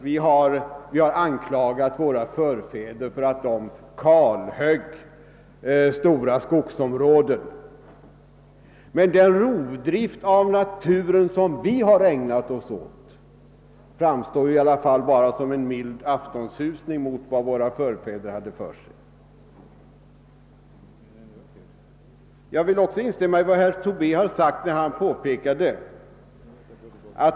Vi har anklagat våra förfäder för att de kalhögg stora skogsområden men den rovdrift som dessa ägnade sig åt framstår i alla fall bara som en mild aftonsusning jämfört med vad vi själva har ägnat oss åt. Jag vill också instämma i vad herr Tobé sade.